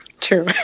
True